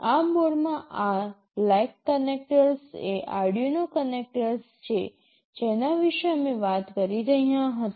આ બોર્ડમાં આ બ્લેક કનેક્ટર્સ એ Arduino કનેક્ટર્સ છે જેના વિશે અમે વાત કરી રહ્યા હતા